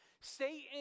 Satan